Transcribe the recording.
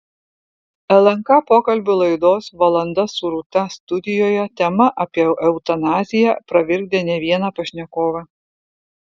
lnk pokalbių laidos valanda su rūta studijoje tema apie eutanaziją pravirkdė ne vieną pašnekovą